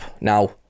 now